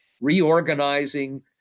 reorganizing